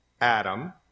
Adam